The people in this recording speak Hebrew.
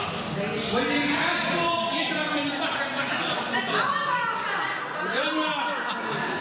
ההצעה להעביר את הצעת חוק שירות ביטחון (תיקון מס' 25,